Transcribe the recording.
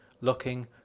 looking